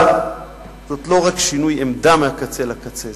אבל זה לא רק שינוי עמדה מהקצה לקצה,